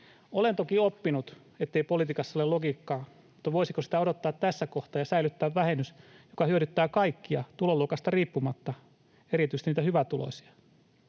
Olen toki oppinut, ettei politiikassa ole logiikkaa, mutta voisiko sitä odottaa tässä kohtaa ja säilyttää vähennys, joka hyödyttää kaikkia tuloluokasta riippumatta, erityisesti niitä hyvätuloisia?